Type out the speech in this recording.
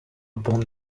upon